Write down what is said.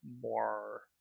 more